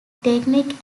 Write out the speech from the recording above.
technique